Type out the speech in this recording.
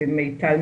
מיטל,